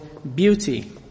beauty